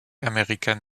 american